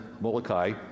Molokai